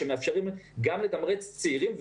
שמאפשרים גם לתמרץ צעירים,